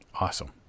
Awesome